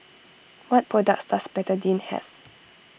what products does Betadine have